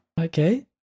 Okay